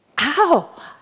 Ow